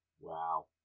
Wow